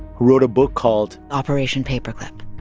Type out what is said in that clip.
who wrote a book called. operation paperclip.